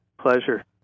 Pleasure